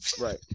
Right